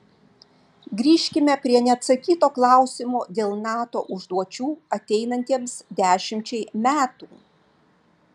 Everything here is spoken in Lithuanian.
grįžkime prie neatsakyto klausimo dėl nato užduočių ateinantiems dešimčiai metų